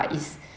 is